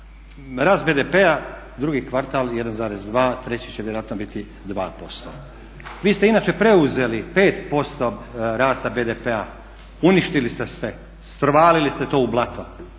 Rast BDP-a drugi kvartal 1,2, treći će vjerojatno biti 2%. Vi ste inače preuzeli 5% rasta BDP-a, uništili ste sve, strovalili ste to u blato,